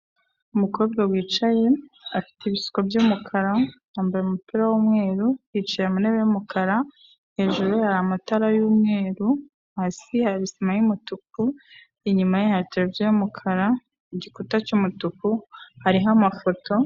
Umukobwa wicaye, afite ibisuko by'umukara, yambaye umupira w'umweru, yicaye mu ntebe y'umukara, hejuru ye hari amatara y'umweru, hasi hari sima y'umutuku inyuma ya tereviziyo y'umukara, igikuta cy'umutuku hariho amafoto.